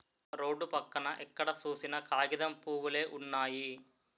road పక్కన ఎక్కడ సూసినా కాగితం పూవులే వున్నయి